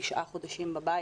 תשעה חודשים בבית